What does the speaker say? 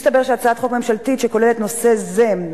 מסתבר שהצעת חוק ממשלתית שכוללת נושא זה,